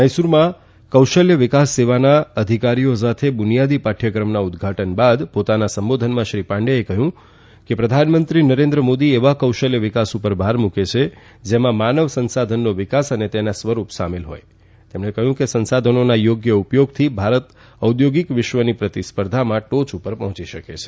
મેસુરૂમાં કૌશલ્ય વિકાસ સેવાના અધિકારીઓ માટે બુનિયાદી પાઠ્યક્રમના ઉદ્દઘાટન બાદ પોતાના સંબોધનમાં શ્રી પાંડેય કહ્યું કે પ્રધાનમંત્રી નરેન્દ્ર મોદી એવા કૌશલ્ય વિકાસ પર ભાર મૂકે છે કે જેમાં માનવ સંસાધનનો વિકાસ અને તેના સ્વરૂપ સામેલ હોથ તેમણે કહ્યું કેસંસાધનોના યોગ્ય ઉપયોગથી ભારત ઔદ્યોગિક વિશ્વની પ્રતિસ્પર્ધામાં ટોય પર પહોંચી શકે છે